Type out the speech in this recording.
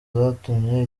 zatumye